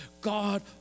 God